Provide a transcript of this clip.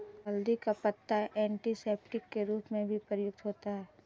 हल्दी का पत्ता एंटीसेप्टिक के रूप में भी प्रयुक्त होता है